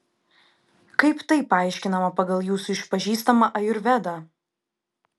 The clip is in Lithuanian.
kaip tai paaiškinama pagal jūsų išpažįstamą ajurvedą